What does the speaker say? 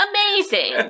Amazing